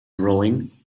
rowing